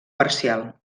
parcial